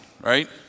right